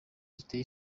ziteye